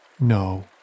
no